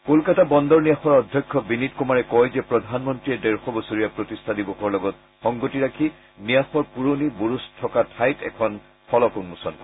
কলকাতা বন্দৰ ন্যাসৰ অধ্যক্ষ বিনীত কুমাৰে কয় যে প্ৰধানমন্ত্ৰীয়ে ডেৰশ বছৰীয়া প্ৰতিষ্ঠা দিৱসৰ লগত সংগতি ৰাখি ন্যাসৰ পুৰণি বুৰুজ থকা ঠাইত এখন স্মাৰক ফলক উন্মোচন কৰিব